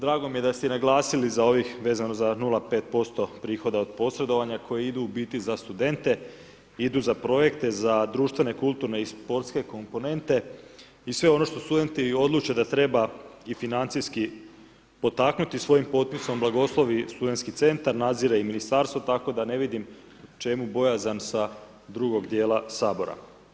Drago mi je da ste i naglasili vezano za ovih 0,5% prihoda od posredovanja koji idu u biti za studente, idu za projekte, za društvene, kulturne i sportske komponente i sve ono što studenti odluče da treba i financijski potaknuti, svojim potpisom blagoslovi Studentski centar, nadzire i Ministarstvo tako da ne vidim čemu bojazan sa drugog dijela Sabora.